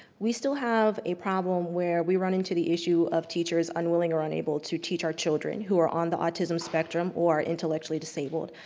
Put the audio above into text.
we still have a problem where we run into the issue of teachers unwilling or unable to teach our children who are on the autism spectrum or intellectually disabled.